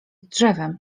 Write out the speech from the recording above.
drzewem